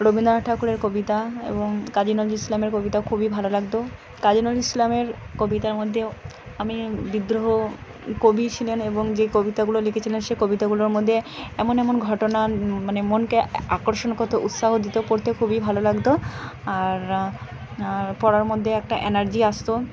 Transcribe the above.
রবীন্দ্রনাথ ঠাকুরের কবিতা এবং কাজি নজরুল ইসলামের কবিতাও খুবই ভালো লাগত কাজি নজরুল ইসলামের কবিতার মধ্যেও আমি বিদ্রোহ কবি ছিলেন এবং যে কবিতাগুলো লিখেছিলেন সে কবিতাগুলোর মধ্যে এমন এমন ঘটনা মানে মনকে আকর্ষণ করতো উৎসাহ দিতো পড়তে খুবই ভালো লাগতো আর আর পড়ার মধ্যে একটা এনার্জি আসতো